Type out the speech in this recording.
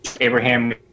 Abraham